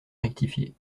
rectifié